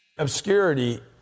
Obscurity